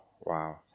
Wow